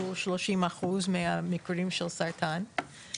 שהוא כ-30% מהמקרים של הסרטן,